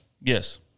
Yes